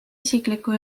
isiklikku